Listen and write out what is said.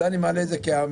אני מעלה את זה כאמירה.